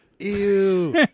Ew